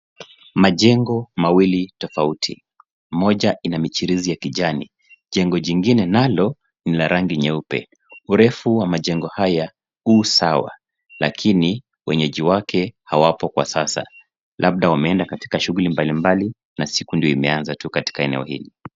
Majengo mawili tafauti, moja inamijirisi ya kijani. Jengo ingine nalo ina rangi nyeupe. Urefu wa majengo haya huu sawa, lakini wenyeji wao hawapo kwa sasa labda wameenda katika shughuli mbali mbali na siku ndio imeanza tu katika eneo hili.